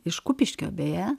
iš kupiškio beje